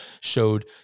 showed